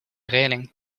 reling